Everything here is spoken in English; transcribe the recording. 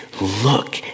look